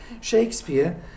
Shakespeare